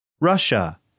Russia